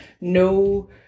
no